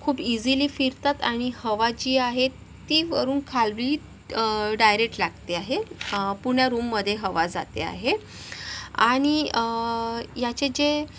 खूप इझिली फिरतात आणि हवा जी आहे ती वरून खाली डायरेक्ट लागते आहे ह पुण्या रूममध्ये हवा जाते आहे आणि याच्या जे